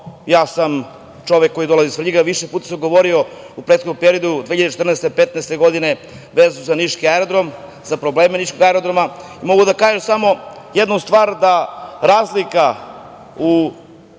sam čovek koji dolazi iz Svrljiga, više puta sam govorio u prethodnom periodu, 2014, 2015. godine vezano za niški aerodrom, za probleme niškog aerodroma. Mogu da kažem samo jednu stvar, da razlika u